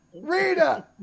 Rita